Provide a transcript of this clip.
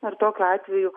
ar tokiu atveju